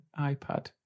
iPad